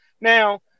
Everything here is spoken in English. Now